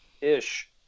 ish